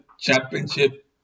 Championship